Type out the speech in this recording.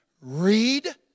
Read